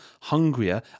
hungrier